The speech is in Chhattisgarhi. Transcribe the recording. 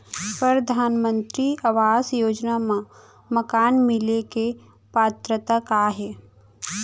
परधानमंतरी आवास योजना मा मकान मिले के पात्रता का हे?